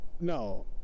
no